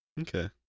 Okay